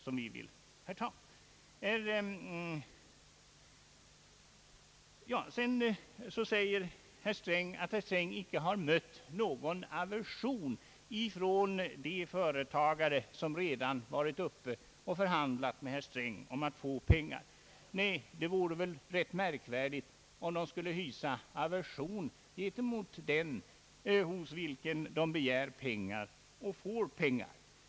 Herr Sträng säger vidare att han inte har mött någon aversion från de företagare som redan varit uppe och förhandlat med honom om att få pengar. Nej, det vore väl rätt märkvärdigt om de skulle hysa aversion gentemot den hos vilken de begär pengar och får pengar.